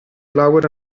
laura